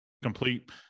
complete